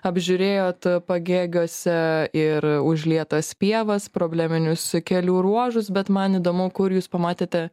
apžiūrėjot pagėgiuose ir užlietas pievas probleminius kelių ruožus bet man įdomu kur jūs pamatėte